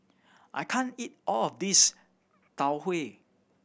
I can't eat all of this Tau Huay